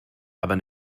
aber